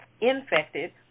infected